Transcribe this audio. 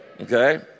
okay